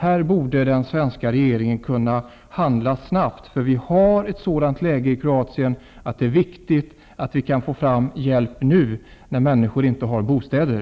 Här borde den svenska regeringen kunna handla snabbt. Läget i Kroatien är sådant att det är viktigt att vi kan få fram hjälp nu när människor inte har bostäder.